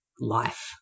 life